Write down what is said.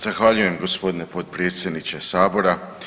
Zahvaljujem g. potpredsjedniče sabora.